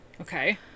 Okay